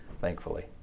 thankfully